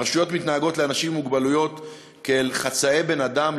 הרשויות מתנהגות לאנשים עם מוגבלות כאל חצאי בני-אדם,